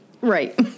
Right